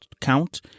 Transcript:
count